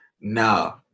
no